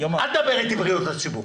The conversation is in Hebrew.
אל תדבר אתי על בריאות הציבור.